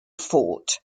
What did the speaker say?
fort